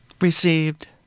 received